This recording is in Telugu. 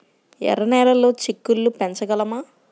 ఎర్ర నెలలో చిక్కుళ్ళు పెంచగలమా?